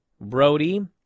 Brody